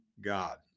God